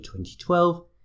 2012